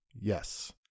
Yes